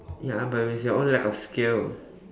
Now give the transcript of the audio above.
ya I but it was your own lack of skill